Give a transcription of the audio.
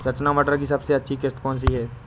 रचना मटर की सबसे अच्छी किश्त कौन सी है?